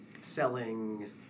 Selling